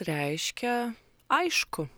reiškia aišku